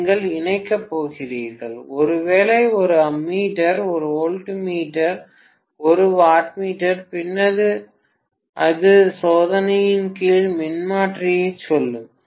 நீங்கள் இணைக்கப் போகிறீர்கள் ஒருவேளை ஒரு அம்மீட்டர் வோல்ட்மீட்டர் ஒரு வாட்மீட்டர் பின்னர் இது சோதனையின் கீழ் மின்மாற்றிக்குச் செல்லும்